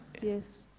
yes